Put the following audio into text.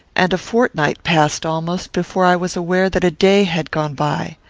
and a fortnight passed almost before i was aware that a day had gone by.